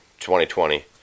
2020